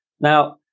Now